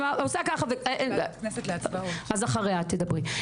משרד האוצר,